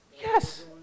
yes